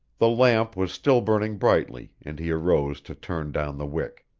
the lamp was still burning brightly and he arose to turn down the wick.